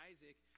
Isaac